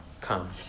come